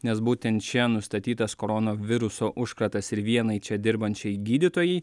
nes būtent čia nustatytas koronaviruso užkratas ir vienai čia dirbančiai gydytojai